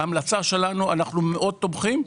ההמלצה שלנו, אנחנו מאוד תומכים.